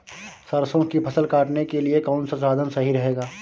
सरसो की फसल काटने के लिए कौन सा साधन सही रहेगा?